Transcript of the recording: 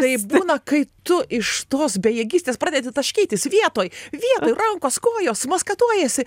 taip būna kai tu iš tos bejėgystės pradedi taškytis vietoj vietoj rankos kojos maskatuojiesi